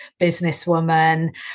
businesswoman